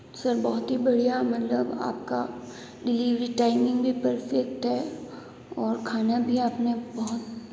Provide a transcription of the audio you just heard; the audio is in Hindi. सर बहुत ही बढ़िया मतलब आपका डिलीवरी टाइमिंग भी परफेक्ट है और खाना भी आपने बहुत